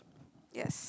yes